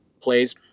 plays